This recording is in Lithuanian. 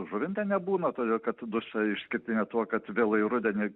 žuvinte nebūna todėl kad dusia išskirtinė tuo kad vėlai rudenį